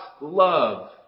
love